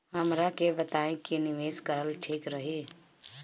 हमरा के बताई की निवेश करल ठीक रही?